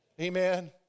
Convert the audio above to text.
Amen